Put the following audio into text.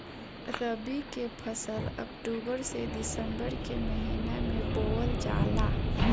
रबी के फसल अक्टूबर से दिसंबर के महिना में बोअल जाला